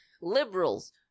liberals